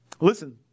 Listen